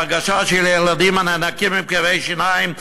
את ההרגשה של ילדים הנאנקים מכאבי שיניים,